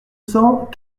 cents